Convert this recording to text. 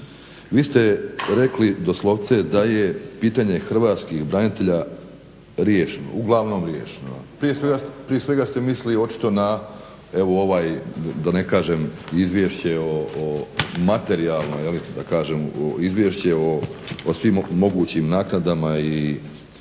vi ste rekli doslovce da je pitanje hrvatskih branitelja riješeno, uglavnom riješeno. Prije svega ste mislili očito na evo ovaj, da ne kažem izvješće o materijalnoj, da ne kažem izvješće o svim mogućim naknadama iz